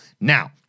Now